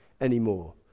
anymore